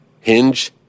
Hinge